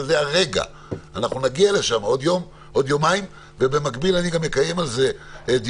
הדבר הזה כיוון שבעיניי אני קוראת לזה "הזדמנות